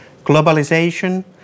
globalization